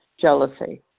jealousy